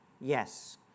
Yes